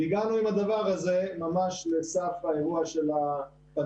והגענו עם הדבר הזה ממש לסף האירוע של הפנדמיה.